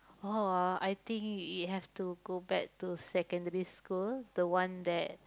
oh I think it have to go back to secondary school the one that